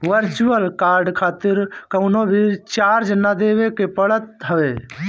virtual card खातिर कवनो भी चार्ज ना देवे के पड़त हवे